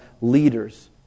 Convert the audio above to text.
leaders